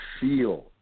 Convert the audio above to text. feel